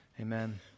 Amen